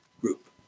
group